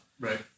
Right